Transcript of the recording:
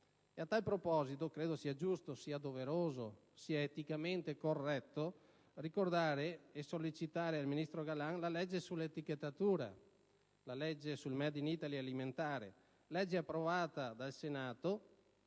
A tal proposito, credo sia giusto, doveroso ed eticamente corretto, ricordare e sollecitare al ministro Galan la legge sull'etichettatura, sul *made in Italy* alimentare, approvata dal Senato